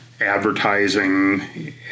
advertising